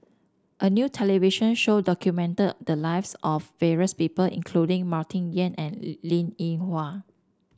a new television show document the lives of various people including Martin Yan and Linn In Hua